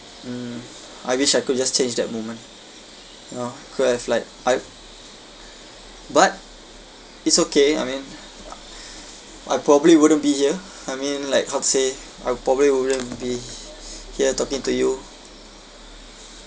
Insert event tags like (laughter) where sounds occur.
mm I wish I could just change that moment you know could have like I but it's okay I mean (breath) I probably wouldn't be here I mean like how to say I probably wouldn't be (breath) here talking to you